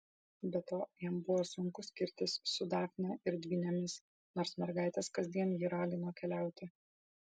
be to jam buvo sunku skirtis su dafne ir dvynėmis nors mergaitės kasdien jį ragino keliauti